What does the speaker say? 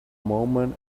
moment